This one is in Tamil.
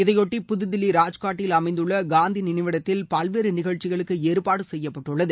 இதையொட்டி புதுதில்லி ராஜ்காட்டில் அமைந்துள்ள காந்தி நினைவிடத்தில் பல்வேறு நிகழ்ச்சிகளுக்கு ஏற்பாடு செய்யப்பட்டுள்ளது